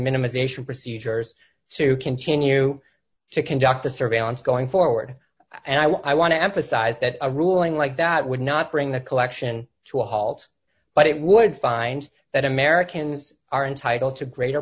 minimisation procedures to continue to conduct the surveillance going forward and i want to emphasize that a ruling like that would not bring the collection to a halt but it would find that americans are entitled to greater